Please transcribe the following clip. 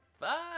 bye